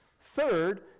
Third